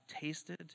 tasted